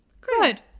Good